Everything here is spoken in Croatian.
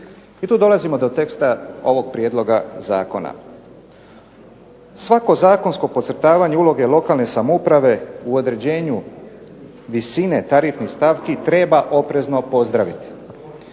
I tu dolazimo do teksta ovog prijedloga zakona. Svako zakonsko podcrtavanje uloge lokalne samouprave u određenju visine tarifnih stavki treba oprezno pozdraviti.